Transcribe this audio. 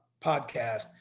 podcast